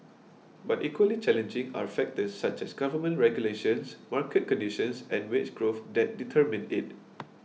but equally challenging are factors such as government regulations market conditions and wage growth that determine it